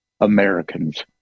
Americans